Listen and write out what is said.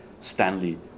Stanley